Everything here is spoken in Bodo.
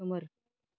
खोमोर